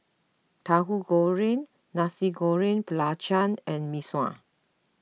Tahu Goreng Nasi Goreng Belacan and Mee Sua